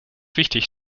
wichtig